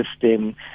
system